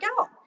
out